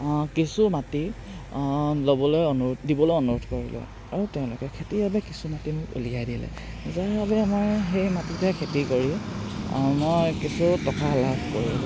কিছু মাটি ল'বলৈ অনুৰোধ দিবলৈ অনুৰোধ কৰিলোঁ আৰু তেওঁলোকে খেতিৰ বাবে কিছু মাটি মোক উলিয়াই দিলে যাৰ বাবে মই সেই মাটিতে খেতি কৰি মই কিছু টকা লাভ কৰিলোঁ